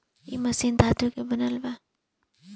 इ मशीन धातु से बनल बा